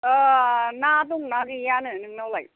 ना दंना गैयानो नोंनावलाय